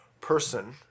person